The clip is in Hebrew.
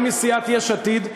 עם סיעת יש עתיד,